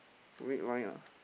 red wine ah